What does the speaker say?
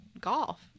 golf